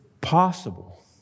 possible